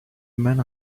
man